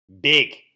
big